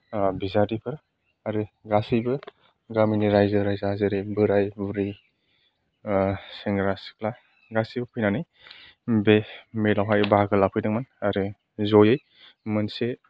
बिजाथिफोर आरो गासैबो गामिनि राइजो राइजा जेरै बोराय बुरै सेंग्रा सिख्ला गासैबो फैनानै बे मेलावहाय बाहागो लाफैदोंमोन आरो जयै मोनसे